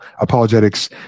apologetics